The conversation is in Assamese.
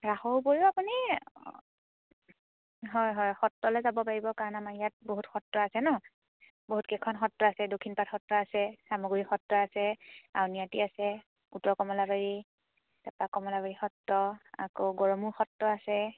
ৰাসৰ উপৰিও আপুনি হয় হয় সত্ৰলৈ যাব পাৰিব কাৰণ আমাৰ ইয়াত বহুত সত্ৰ আছে ন বহুত কেইখন সত্ৰ আছে দক্ষিণ পাত সত্ৰ আছে চামগুৰি সত্ৰ আছে আউনী আটী আছে উত্তৰ কমলাবাৰী তাৰপৰা কমলাবাৰী সত্ৰ আকৌ গৰমূৰ সত্ৰ আছে